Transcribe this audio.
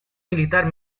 militar